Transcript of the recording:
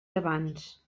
abans